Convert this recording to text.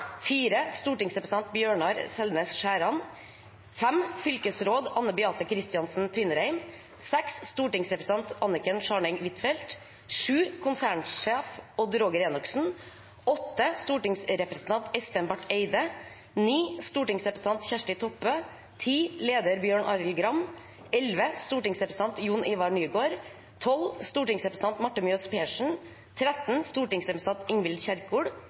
Stortingsrepresentant Bjørnar Selnes Skjæran Fylkesråd Anne Beathe Kristiansen Tvinnereim Stortingsrepresentant Anniken Scharning Huitfeldt Konsernsjef Odd Roger Enoksen Stortingsrepresentant Espen Barth Eide Stortingsrepresentant Kjersti Toppe Leder Bjørn Arild Gram Stortingsrepresentant Jon-Ivar Nygård Stortingsrepresentant Marte Mjøs Persen Stortingsrepresentant Ingvild Kjerkol